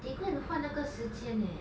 they go and 换那个时间 leh